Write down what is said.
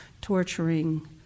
torturing